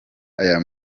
aya